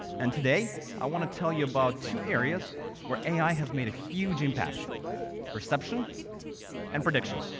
and today i want to tell you about two areas where ai has made a huge impact perception and prediction.